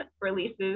releases